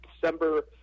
December